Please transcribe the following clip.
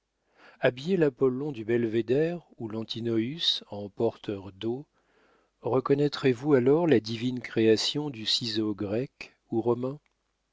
habillez l'apollon du belvédère ou l'antinoüs en porteur d'eau reconnaîtrez vous alors la divine création du ciseau grec ou